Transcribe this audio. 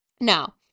now